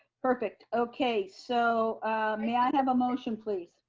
perfect, okay, so may i have a motion please?